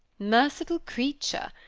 merciful creature!